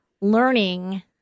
learning